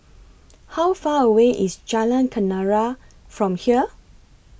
How Far away IS Jalan Kenarah from here